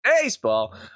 Baseball